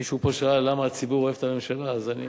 מישהו פה שאל, למה הציבור אוהב את הממשלה, אז אני